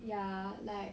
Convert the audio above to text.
ya like